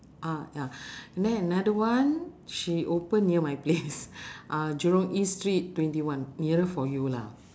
ah ya and then another one she open near my place uh jurong east street twenty one nearer for you lah